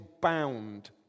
bound